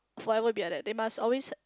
forever be like that they must always